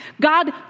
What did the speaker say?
God